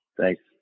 Thanks